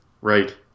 Right